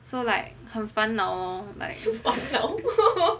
so like 很烦恼 lor like so far